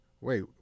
wait